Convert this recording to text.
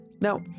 Now